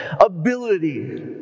ability